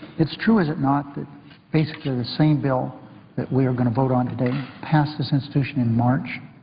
it's true, is it not, that basically the same bill that we are going to vote on today passed this institution in march?